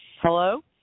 Hello